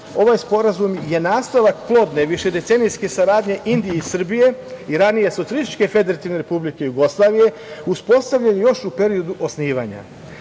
Ovaj sporazum je nastavak plodne, višedecenijske saradnje Indije i Srbije i ranije Socijalističke Federativne Republike Jugoslavije, uspostavljen još u periodu osnivanja